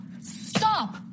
stop